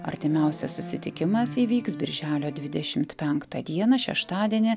artimiausias susitikimas įvyks birželio didešimt penktą šeštadienį